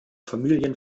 familien